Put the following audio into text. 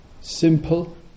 simple